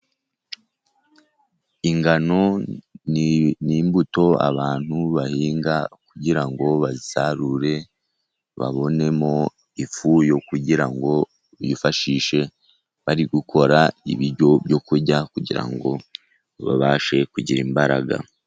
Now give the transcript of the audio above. Ingano ni imbuto abantu bahinga kugira ngo bazisarure, babonemo ifu yo kugira ngo bifashishe bari gukora ibiryo byo kurya, kugira ngo babashe kugira imbaraga.